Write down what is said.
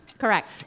Correct